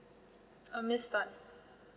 uh miss tan